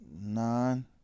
nine